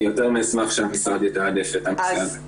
יותר מאשמח שהמשרד יתעדף את הנושא הזה.